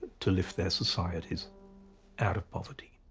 to lift their societies out of poverty.